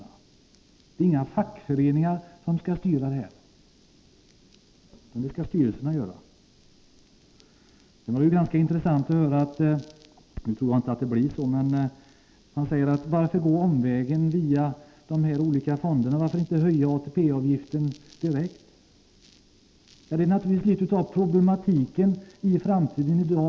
Det är inga fackföreningar som skall styra, utan det skall styrelserna göra. Det var ganska intressant att höra — nu tror jag inte att det blir så — Hugo Hegeland fråga varför vi går omvägen via dessa olika fonder. Varför inte höja ATP-avgiften direkt? Det är naturligtvis litet av problematiken inför framtiden.